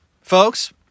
folks